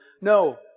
No